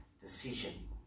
decision